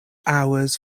hours